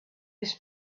his